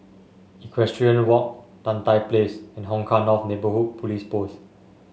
Equestrian Walk Tan Tye Place and Hong Kah North Neighbourhood Police Post